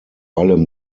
allem